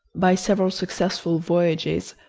by several successful voyages,